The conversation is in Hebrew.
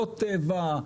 לא טבע,